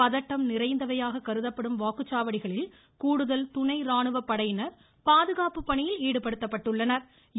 பதட்டம் நிறைந்தவையாக கருதப்படும் வாக்குச்சாவடிகளில் கூடுதல் துணை ராணுவப் படையினா் பாதுகாப்பு பணியில் ஈடுபடுத்தப்பட்டுள்ளனா்